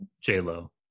J-Lo